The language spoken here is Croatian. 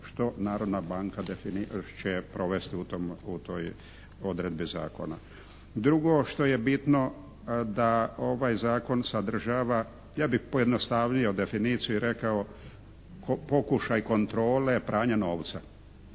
što Narodna banka će provesti u toj odredbi zakona. Drugo što je bitno da ovaj zakon sadržava ja bih pojednostavio definiciju i rekao, pokušaj kontrole pranja novca.